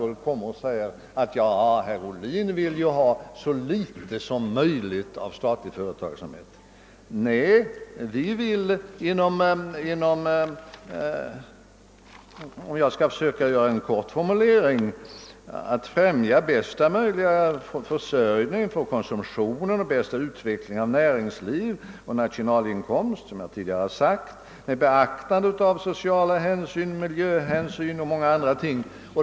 Varför säger herr statsrådet då: Herr Ohlin vill ha så litet som möjligt av statlig företagsamhet!? Nej, om jag skall försöka göra en kort formulering, så vill folkpartiet främja bästa möjliga försörjning för konsumtionen. Som jag tidigare har sagt vill vi ha bästa möjliga utveckling av näringsliv och nationalinkomst. Detta bör ske med beaktande av sociala hänsyn, miljöhänsyn och många andra ting.